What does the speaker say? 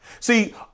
See